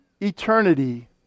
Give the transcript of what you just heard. eternity